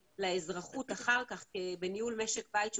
לאזרחות אחר כך בניהול משק בית שהוא,